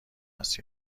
است